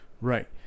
Right